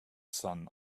sun